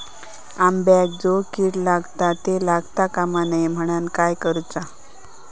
अंब्यांका जो किडे लागतत ते लागता कमा नये म्हनाण काय करूचा?